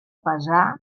pesar